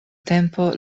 tempo